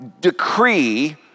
decree